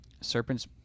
Serpent's